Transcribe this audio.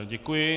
Děkuji.